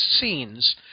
scenes